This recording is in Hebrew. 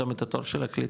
גם את התור של הקליטה?